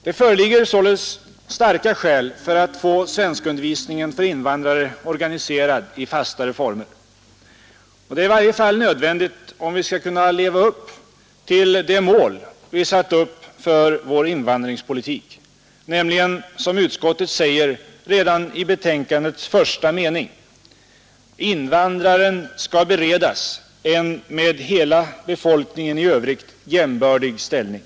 Det föreligger således starka skäl för att få svenskundervisningen för invandrare organiserad i fastare former. Det är i varje fall nödvändigt om vi skall kunna leva upp till det mål vi satt upp för vår invandringspolitik, nämligen som utskottet säger redan i första meningen av utskottets yttrande, nämligen att ”invandrare skall beredas en med Nr 131 befolkningen i övrigt jämbördig ställning”.